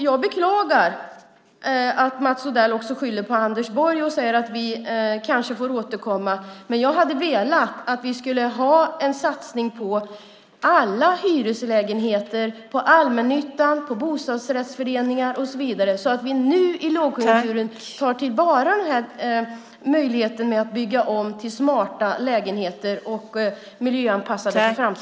Jag beklagar att Mats Odell också skyller på Anders Borg och säger att man kanske får återkomma. Jag hade velat att vi skulle ha en satsning på alla hyreslägenheter, på allmännyttan, på bostadsrättsföreningar och så vidare, så att vi nu i lågkonjunkturen tar till vara möjligheten att bygga om till smarta lägenheter och miljöanpassa dem för framtiden.